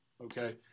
Okay